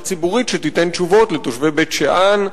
ציבורית שתיתן תשובות לתושבי בית-שאן,